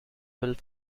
built